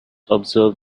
observe